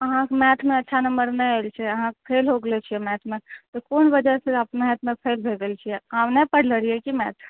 अहाँके मैथमे अच्छा नम्बर नहि आयल छै अहाँ फेल हो गैलो छियै मैथमे तऽ कोन वजह से मैथमे फेल भए गेल छियै कमे पढ़लो रहियै कि मैथ